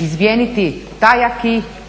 izmijeniti taj acquis